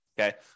okay